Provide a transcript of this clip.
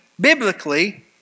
biblically